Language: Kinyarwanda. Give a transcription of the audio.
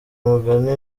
umugani